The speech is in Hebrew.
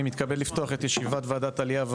אני מתכבד לפתוח את ישיבת ועדת העלייה,